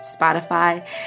Spotify